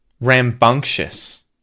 rambunctious